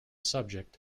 subject